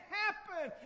happen